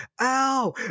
ow